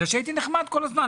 הייתי נחמד כל הזמן.